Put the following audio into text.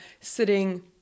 sitting